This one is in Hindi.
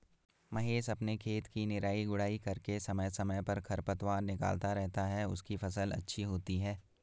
महेश अपने खेत की निराई गुड़ाई करके समय समय पर खरपतवार निकलता रहता है उसकी फसल अच्छी होती है